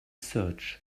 search